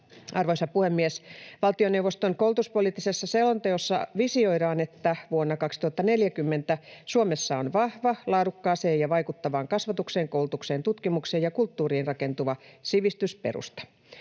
Arvoisa puhemies! Valtioneuvoston koulutuspoliittisessa selonteossa visioidaan, että vuonna 2040 Suomessa on vahva laadukkaaseen ja vaikuttavaan kasvatukseen, koulutukseen, tutkimukseen ja kulttuuriin rakentuva sivistysperusta.